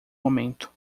momento